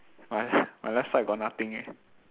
what my left side got nothing leh